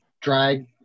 drag